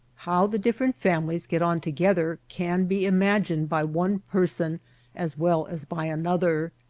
how the different families get on to gether can be imagined by one person as well as by another.